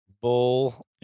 bull